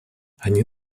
они